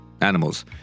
animals